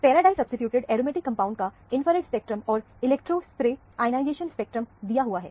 para disubstituted aromatic compound का infrared spectrum और electrospray ionisation spectrum दिया हुआ है